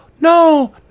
No